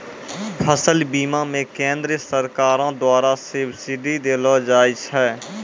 फसल बीमा मे केंद्रीय सरकारो द्वारा सब्सिडी देलो जाय छै